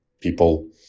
people